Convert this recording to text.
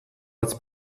als